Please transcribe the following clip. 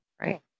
right